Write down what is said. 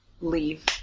leave